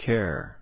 Care